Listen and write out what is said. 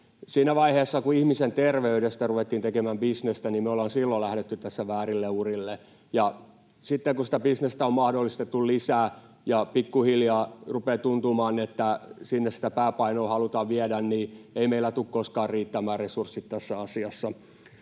siinä vaiheessa, kun ihmisen terveydestä ruvettiin tekemään bisnestä, me lähdettiin tässä väärille urille. Sitten kun sitä bisnestä on mahdollistettu lisää ja pikkuhiljaa rupeaa tuntumaan, että sinne sitä pääpainoa halutaan viedä, niin ei meillä tule koskaan riittämään resurssit tässä asiassa.